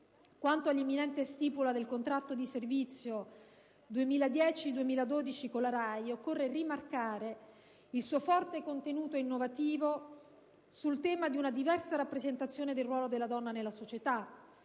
Quanto all'imminente stipula del Contratto di servizio 2010-2012 con la RAI, occorre rimarcare il suo forte contenuto innovativo sul tema di una diversa rappresentazione del ruolo della donna nella società,